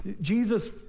Jesus